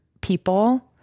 people